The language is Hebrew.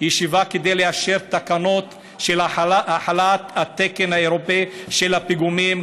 ישיבה כדי לאשר תקנות של החלת התקן האירופי של הפיגומים,